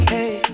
Hey